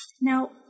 Now